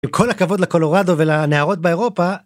עם כל הכבוד לקולורדו ולנערות באירופה,